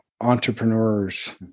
entrepreneurs